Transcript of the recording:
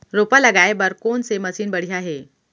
रोपा लगाए बर कोन से मशीन बढ़िया हे?